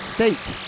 State